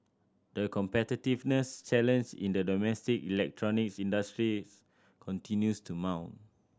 the competitiveness challenge in the domestic electronics industry continues to mount